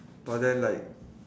but then like